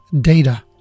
data